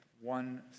One